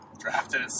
Drafted